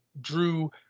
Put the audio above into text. drew